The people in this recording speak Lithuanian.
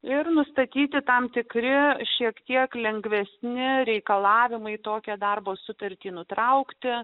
ir nustatyti tam tikri šiek tiek lengvesni reikalavimai tokią darbo sutartį nutraukti